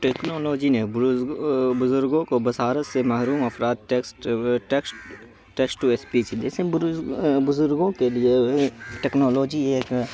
technology نے بزرگوں کو بصارت سے محروم افراد ٹیکسٹ ٹیکسٹ ٹو اسپیچ جیسے بزرگوں کے لیے ٹیکنالوجی ایک